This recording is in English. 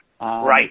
Right